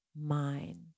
mind